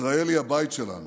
ישראל היא הבית שלנו,